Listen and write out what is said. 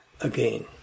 Again